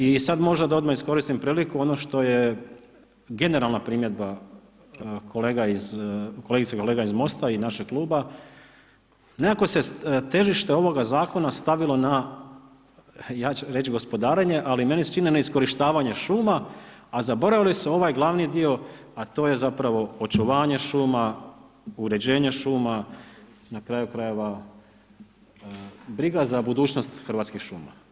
I sad možda da odmah iskoristi priliku, ono što je generalna primjedba kolegice i kolega iz Mosta i našeg kluba, nekako se težište ovoga zakona stavilo na ja ću reći gospodarenja, ali meni se čini na neiskorištavanje šuma, a zaboravili su ovaj glavni dio, a to je zapravo očuvanje šuma, uređenje šuma, na kraju krajeve, abirga za budućnost hrvatskih šuma.